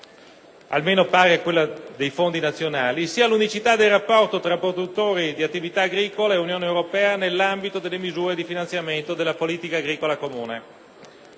almeno pari a quella dei fondi nazionali, sia l'unicità del rapporto tra produttori di attività agricola e Unione europea nell'ambito delle misure di finanziamento della politica agricola comune.